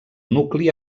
nucli